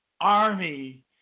army